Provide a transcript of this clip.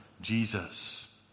Jesus